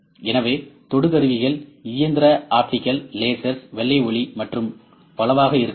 எனவே தொடு கருவிகள் இயந்திர ஆப்டிகல் லேசர் வெள்ளை ஒளி மற்றும் பலவாக இருக்கலாம்